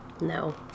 No